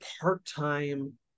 part-time